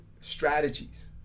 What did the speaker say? strategies